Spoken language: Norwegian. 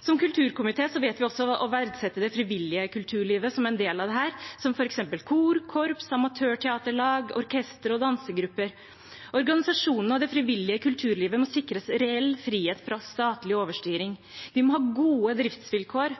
Som kulturkomité vet vi også å verdsette det frivillige kulturlivet som en del av dette, som f.eks. kor, korps, amatørteater, lag, orkester og dansegrupper. Organisasjonene og det frivillige kulturlivet må sikres reell frihet fra statlig overstyring. De må ha gode driftsvilkår.